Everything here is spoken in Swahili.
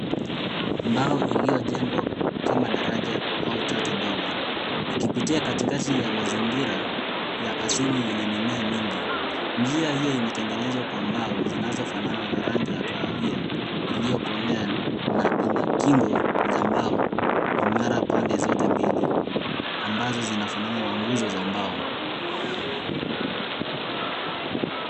Mbao iliyojengwa kama daraja au tatu dogo ikipitia katikati ya mazingira ya asili yenye mimea nyingi. Njia hiyo imetengenezwa kwa mbao zinazofanana na rangi ya kahawia iliyokolea na ina kingo za mbao imara pande zote mbili ambazo zinafanana na nguzo za mbao.